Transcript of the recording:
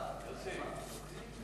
סגן שר הבריאות.